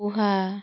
poha